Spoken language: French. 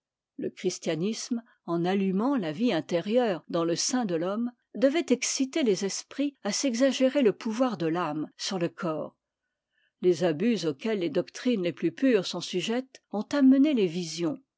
le christianisme en allumant la vie intérieure dans le sein de l'homme devait exciter les esprits à s'exagérer le pouvoir de l'âme sur le corps les abus auxquels les doctrines les plus pures sont sujettes ont amené les visions